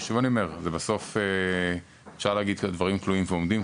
בסוף אפשר לומר שהדברים תלויים ועומדים,